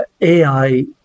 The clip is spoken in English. AI